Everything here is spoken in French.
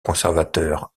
conservateur